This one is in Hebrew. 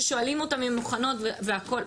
ששואלים אותן אם הן מוכנות והכול,